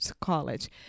college